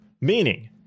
meaning